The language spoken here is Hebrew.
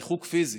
ריחוק פיזי,